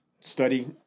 study